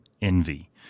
envy